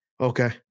Okay